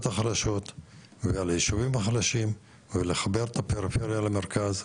החלשות ועל הישובים החלשים ולחבר את הפריפריה למרכז.